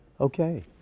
okay